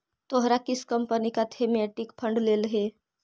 तोहरा किस कंपनी का थीमेटिक फंड लेलह हे